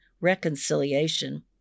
reconciliation